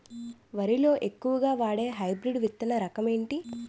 వరి లో ఎక్కువుగా వాడే హైబ్రిడ్ విత్తన రకం ఏంటి?